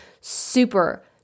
super